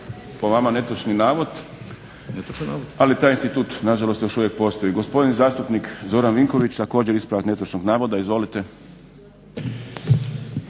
po vama netočni navod ali taj institut nažalost još uvijek postoji. Gospodin zastupnik Zoran Vinković, također ispravak netočnog navoda. Izvolite.